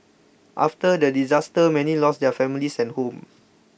after the disaster many lost their families and homes